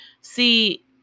See